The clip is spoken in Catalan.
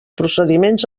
procediments